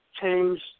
change